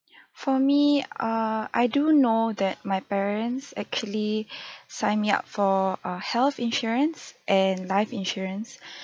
ya for me err I do know that my parents actually signed me up for a health insurance and life insurance